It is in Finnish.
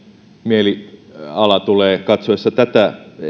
mieliala tulee katsoessa tätä